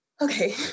okay